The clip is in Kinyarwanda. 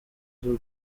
z’u